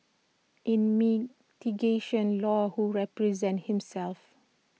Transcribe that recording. in mitigation law who represented himself